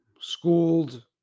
schooled